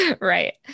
Right